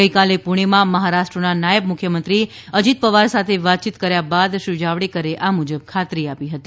ગઇકાલે પુણેમાં મહારાષ્ટ્રના નાયબ મુખ્યમંત્રી અજીત પવાર સાથે વાતચીત કર્યા બાદ શ્રી જાવડેકરે આ મુજબ ખાતરી આપી હતી